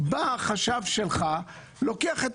בא החשב שלך ולוקח את